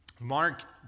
Mark